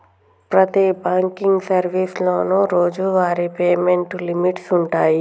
ప్రతి బాంకింగ్ సర్వీసులోనూ రోజువారీ పేమెంట్ లిమిట్స్ వుంటయ్యి